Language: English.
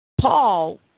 Paul